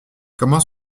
comment